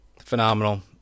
phenomenal